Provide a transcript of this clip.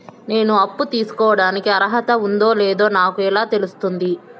నేను అప్పు తీసుకోడానికి అర్హత ఉందో లేదో నాకు ఎలా తెలుస్తుంది?